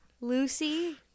Lucy